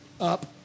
up